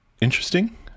Interesting